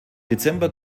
dezember